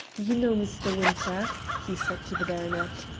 you know mr. winter? he said to the baronet.